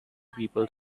people